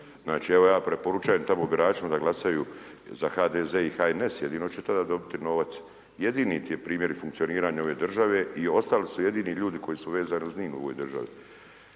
Znači evo ja preporučujem tamo biračima da glasaju za HDZ i HNS, jedino će tada dobiti novac. Jedini ti je primjer i funkcioniranje ove države i ostali su jedini ljudi koji su vezani uz .../Govornik